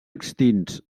extints